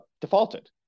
defaulted